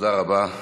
תודה רבה.